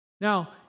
Now